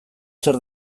zer